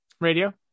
Radio